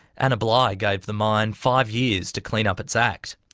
anna bligh gave the mine five years to clean up its act.